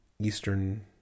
eastern